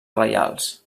reials